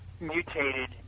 mutated